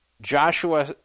Joshua